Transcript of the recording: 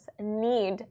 need